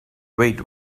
wait